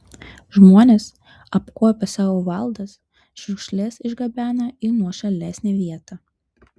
žmonės apkuopę savo valdas šiukšles išgabena į nuošalesnę vietą